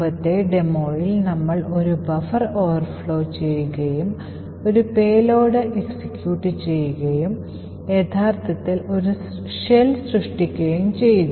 മുമ്പത്തെ ഡെമോയിൽ നമ്മൾ ഒരു ബഫർ Overflow ചെയ്യുകയും ഒരു പേലോഡ് എക്സിക്യൂട്ട് ചെയ്യുകയും യഥാർത്ഥത്തിൽ ഒരു ഷെൽ സൃഷ്ടിക്കുകയും ചെയ്തു